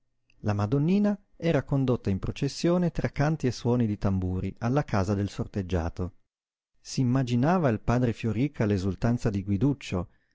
la madonnina era condotta in processione tra canti e suoni di tamburi alla casa del sorteggiato s'immaginava il padre fioríca l'esultanza di guiduccio